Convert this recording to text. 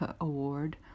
Award